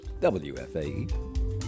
WFAE